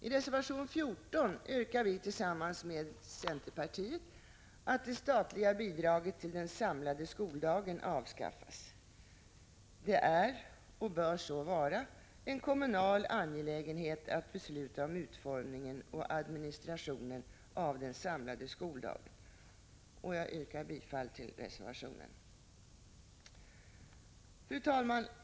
I reservation 14 yrkar vi tillsammans med centern att det statliga bidraget till den samlade skoldagen skall avskaffas. Det är — och bör så vara — en kommunal angelägenhet att besluta om utformningen och administrationen av den samlade skoldagen. Jag yrkar bifall till reservation 14. Fru talman!